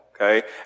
okay